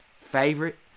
favorite